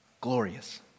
glorious